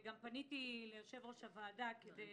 גם פניתי ליושב-ראש הוועדה כדי